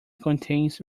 contains